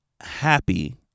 happy